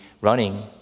running